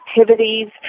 activities